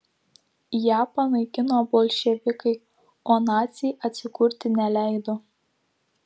ją panaikino bolševikai o naciai atsikurti neleido